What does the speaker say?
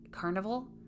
carnival